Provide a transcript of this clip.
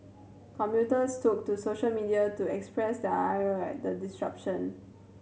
commuters took to social media to express their ire at the disruption